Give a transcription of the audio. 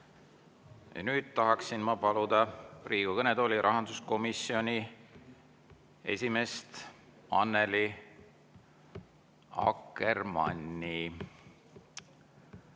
Nüüd tahaksin ma paluda Riigikogu kõnetooli rahanduskomisjoni esimehe Annely Akkermanni,